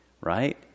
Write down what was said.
right